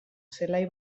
zelai